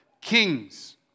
Kings